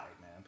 man